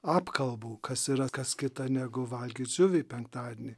apkalbų kas yra kas kita negu valgyt žuvį penktadienį